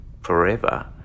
forever